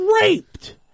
raped